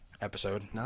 episode